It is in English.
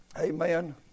Amen